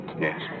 Yes